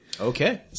Okay